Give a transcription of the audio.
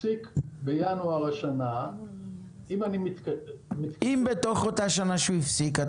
הפסיק בינואר השנה --- אם בתוך אותה שנה שהוא הפסיק,